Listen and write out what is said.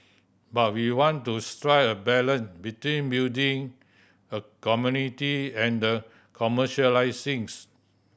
but we want to strike a balance between building a community and commercialising